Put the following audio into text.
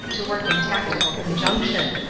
to work in tactical conjunction.